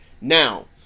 Now